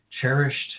cherished